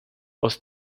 aus